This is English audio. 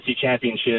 championship